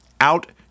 out